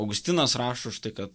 augustinas rašo štai kad